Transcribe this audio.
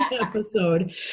episode